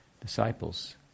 disciples